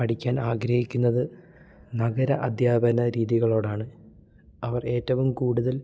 പഠിക്കാൻ ആഗ്രഹിക്കുന്നത് നഗര അധ്യാപന രീതികളോടാണ് അവർ ഏറ്റവും കൂടുതൽ